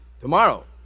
tomorrow